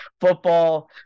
football